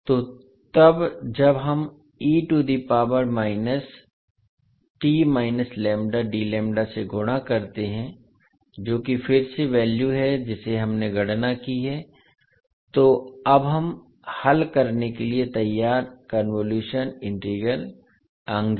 तो तब जब हम से गुणा करते हैं जो कि फिर से वैल्यू है जिसे हमने गणना की है तो अब हम हल करने के लिए तैयार कन्वोलुशन इंटीग्रल अंग हैं